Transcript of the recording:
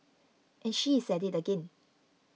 and she is at it again